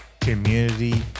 Community